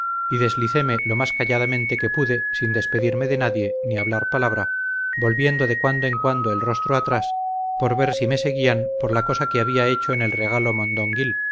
y deslicéme lo más calladamente que pude sin despedirme de nadie ni hablar palabra volviendo de cuando en cuando el rostro atrás por ver si me seguían por la cosa que había hecho en el regalo mondonguil